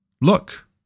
look